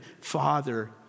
father